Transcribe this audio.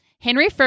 Henry